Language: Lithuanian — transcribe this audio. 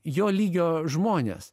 jo lygio žmonės